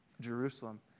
Jerusalem